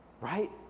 right